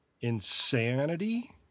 insanity